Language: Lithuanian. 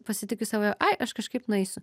pasitikiu savo ai aš kažkaip nueisiu